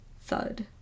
thud